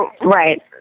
Right